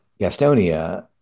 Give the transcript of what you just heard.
Gastonia